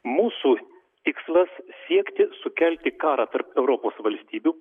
mūsų tikslas siekti sukelti karą tarp europos valstybių